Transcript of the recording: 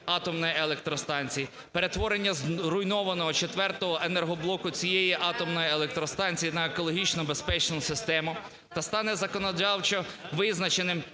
атомної електростанції та перетворення зруйнованого четвертого енергоблоку цієї атомної електростанції на екологічно безпечну систему" та стане законодавчо визначеним